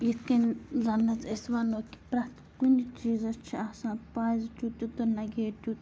یِتھ کٔنۍ زَن حظ أسۍ وَنو کہِ پرٛٮ۪تھ کُنہِ چیٖزَس چھِ آسان پازِٹِو تہِ تہٕ نگیٹِو